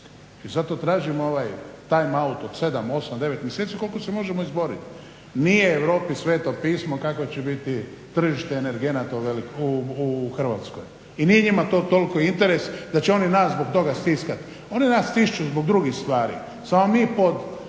I zato tražim ovaj time-out od sedam, osam, devet mjeseci koliko se možemo izboriti. Nije Europi sveto pismo kako će biti tržište energenata u Hrvatskoj i nije njima to toliko interes da će oni nas zbog toga stiskati. Oni nas stišću zbog drugih stvari samo mi pod